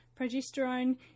progesterone